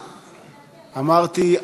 אמרתי,